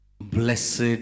Blessed